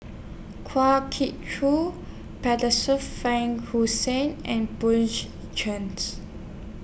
Kwa Geok Choo Frank and